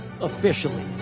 officially